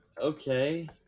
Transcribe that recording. Okay